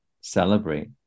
celebrate